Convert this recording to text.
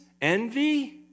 envy